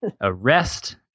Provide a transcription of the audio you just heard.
arrest